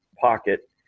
pocket